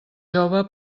jove